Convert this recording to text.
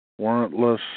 warrantless